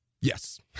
Yes